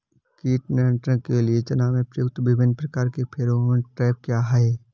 कीट नियंत्रण के लिए चना में प्रयुक्त विभिन्न प्रकार के फेरोमोन ट्रैप क्या है?